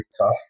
tough